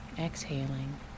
exhaling